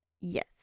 Yes